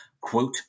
Quote